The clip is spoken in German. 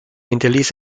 hinterließ